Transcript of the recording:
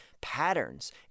patterns